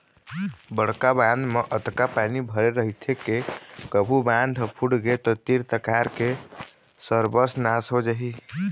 बड़का बांध म अतका पानी भरे रहिथे के कभू बांध ह फूटगे त तीर तखार के सरबस नाश हो जाही